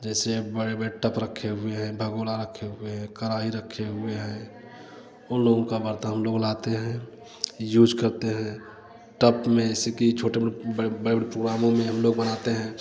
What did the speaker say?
जैसे बड़े बड़े तब रखे हुए हैं भगोना रखे हुए हैं कड़ाही रखे हुए हैं उन लोगों का बर्तन हम लोग लाते हैं यूज करते हैं तब में ऐसे कि छोटे में हम लोग बनाते हैं